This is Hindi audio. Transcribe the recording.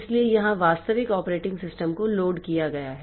इसलिए यहां वास्तविक ऑपरेटिंग सिस्टम को लोड किया गया है